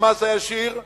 המס הישיר,